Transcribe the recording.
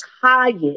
tired